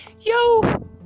yo